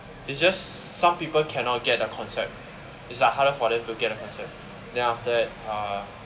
it's just some people cannot get the concept is like harder for them to get the concept then after that uh